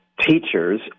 teachers